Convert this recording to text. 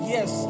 Yes